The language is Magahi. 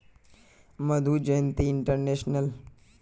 मधु जयंती इंटरनेशनल